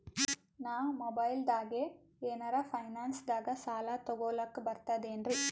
ನಾ ಮೊಬೈಲ್ದಾಗೆ ಏನರ ಫೈನಾನ್ಸದಾಗ ಸಾಲ ತೊಗೊಲಕ ಬರ್ತದೇನ್ರಿ?